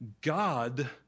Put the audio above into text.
God